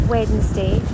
Wednesday